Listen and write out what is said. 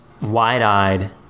wide-eyed